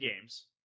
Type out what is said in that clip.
games